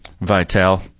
Vital